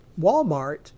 Walmart